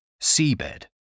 seabed